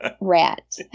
rat